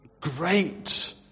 great